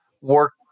work